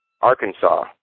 Arkansas